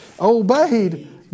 obeyed